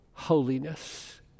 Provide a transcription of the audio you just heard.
holiness